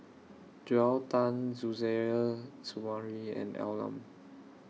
Joel Tan Suzairhe Sumari and Al Lim